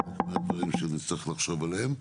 אחד הדברים שנצטרך לחשוב עליהם.